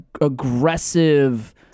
aggressive